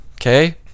Okay